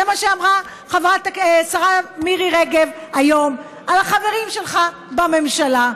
זה מה שאמרה השרה מירי רגב היום על החברים שלך בממשלה,